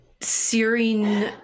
searing